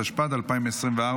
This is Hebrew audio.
התשפ"ד 2024,